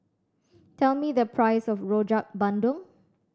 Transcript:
tell me the price of Rojak Bandung